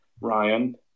Ryan